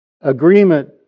agreement